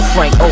Frank